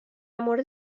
مورد